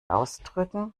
ausdrücken